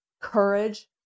courage